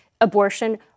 abortion